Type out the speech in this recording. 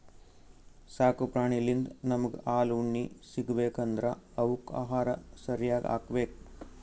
ಸಾಕು ಪ್ರಾಣಿಳಿಂದ್ ನಮ್ಗ್ ಹಾಲ್ ಉಣ್ಣಿ ಸಿಗ್ಬೇಕ್ ಅಂದ್ರ ಅವಕ್ಕ್ ಆಹಾರ ಸರ್ಯಾಗ್ ಹಾಕ್ಬೇಕ್